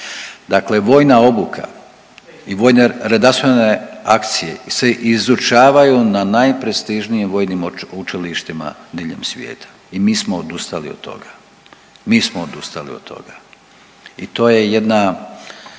Dakle vojna obuka i vojne redarstvene akcije se izučavaju na najprestižnijim vojnim učilištima diljem svijeta i mi smo odustali od toga, mi smo odustali od toga i to je jedna